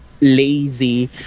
lazy